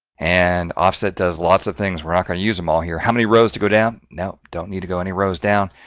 and offset does lots of things, we're not going to use them all here. how many rows to go down now, don't need to go any rows down.